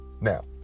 Now